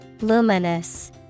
Luminous